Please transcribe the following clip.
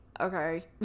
okay